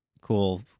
cool